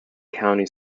county